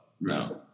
no